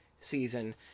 season